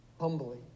humbly